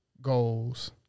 goals